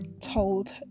told